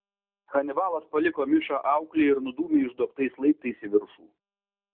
hanibalas paliko mišą auklei ir nudūmė išduobtais laiptais į viršų